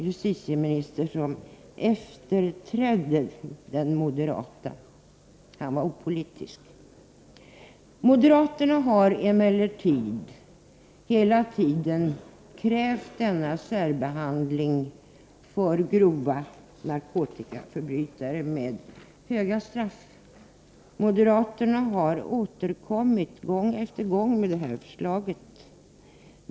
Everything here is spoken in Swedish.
Justitieministern som efterträdde den moderate — han var opolitisk — tog också avstånd från förslaget. Moderaterna har emellertid hela tiden krävt denna särbehandling för grova narkotikaförbrytare med långa strafftider. De har återkommit gång efter annan med förslaget.